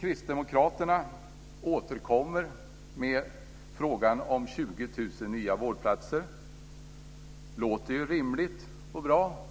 Kristdemokraterna återkommer med frågan om 20 000 nya vårdplatser. Det låter ju rimligt och bra.